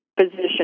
physician